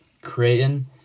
Creighton